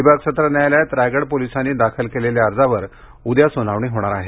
अलिबाग सत्र न्यायालयात रायगड पोलिसांनी दाखल केलेल्या अर्जावर उद्या सुनावणी होणार आहे